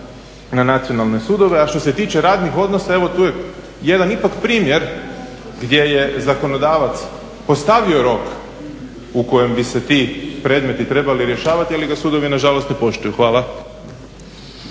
na nacionalne sudove. A što se tiče radnih odnosa, evo tu je jedan ipak primjer gdje je zakonodavac postavio rok u kojem bi se ti predmeti trebali rješavati ali ga sudovi nažalost ne poštuju. Hvala.